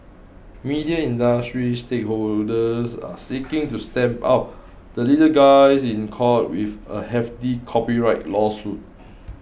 media industry stakeholders are seeking to stamp out the little guys in court with a hefty copyright lawsuit